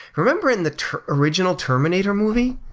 remember in the original terminator movie?